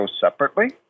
separately